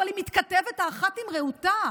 אבל הן מתכתבות האחת עם רעותה.